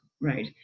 right